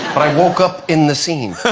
woke up in the scene